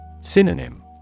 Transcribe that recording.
Synonym